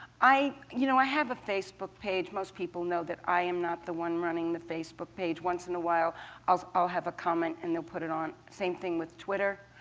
i you know i have a facebook page. most people know that i am not the one running the facebook page. once in a while i'll i'll have a comment and they'll put it on, same thing with twitter.